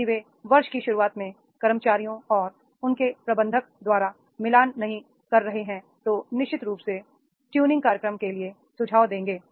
यदि वे वर्ष की शुरुआत में कर्मचारियों और उनके प्रबंधक द्वारा मिलान नहीं कर रहे हैं तो निश्चित रूप से ट्यू निंग कार्यक्रम के लिए सुझाव होंगे